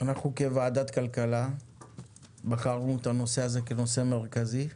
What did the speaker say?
כוועדת כלכלה בחרנו את הנושא הזה כנושא מרכזי.